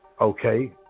Okay